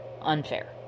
unfair